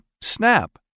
Snap